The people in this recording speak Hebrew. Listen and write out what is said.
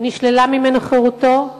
נשללה ממנו חירותו,